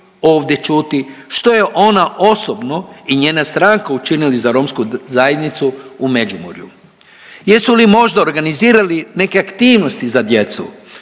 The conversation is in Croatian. ovdje čuti što je ona osobno i njena stranka učinili za romsku zajednicu u Međimurju. Jesu li možda organizirali neke aktivnosti za djecu?